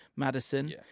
Madison